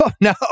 no